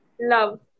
love